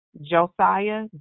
Josiah